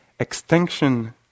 Extinction